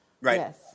Right